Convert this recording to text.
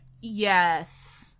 yes